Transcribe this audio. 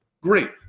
Great